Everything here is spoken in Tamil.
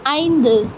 ஐந்து